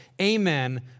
amen